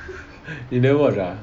you never watch ah